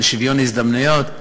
של שוויון הזדמנויות,